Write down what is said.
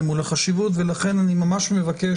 כן.